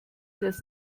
das